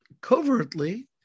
covertly